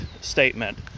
statement